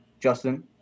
Justin